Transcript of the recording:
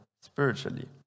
spiritually